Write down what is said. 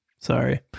sorry